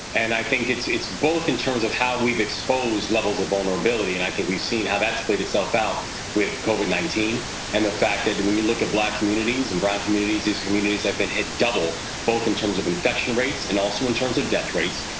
and i think it's it's both in terms of how we've exposed levels of vulnerability, and i think we've seen how that's played itself out with covid nineteen and the fact that when you look at black communities and brown communities, these communities have been hit double both in terms of infection rates and also in terms of death rates.